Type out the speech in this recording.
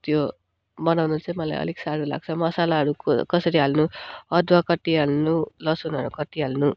त्यो बनाउनु चाहिँ मलाई अलिक साह्रो लाग्छ मसलाहरू कसरी हाल्नु अदुवा कति हाल्नु लसुनहरू कति हाल्नु